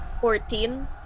fourteen